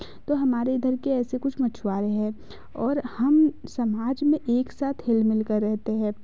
तो हमारे इधर के ऐसे कुछ मछुआरे हैं और हम समाज में एक साथ हिल मिलकर रहते हैं